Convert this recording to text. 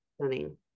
Stunning